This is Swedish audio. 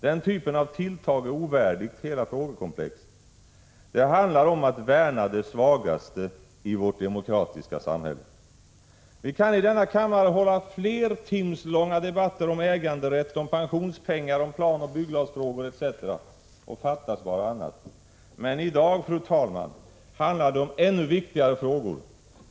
Den typen av tilltag är ovärdig hela frågekompiexet. Det handlar om att värna det svagaste i vårt demokratiska samhälle. Vi kan i denna kammare hålla flertimslånga debatter om äganderätt, om pensionspengar, om planoch bygglagsfrågor etc. Och fattas bara annat! Menii dag, fru talman, handlar det om ännu viktigare frågor.